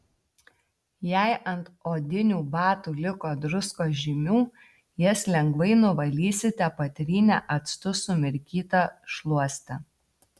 jei ant odinių batų liko druskos žymių jas lengvai nuvalysite patrynę actu sumirkyta šluoste